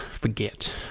Forget